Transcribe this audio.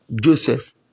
Joseph